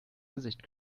gesicht